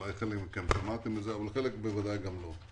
אולי חלק מכם שמעתם את זה אבל חלק בוודאי גם לא.